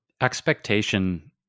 Expectation